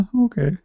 okay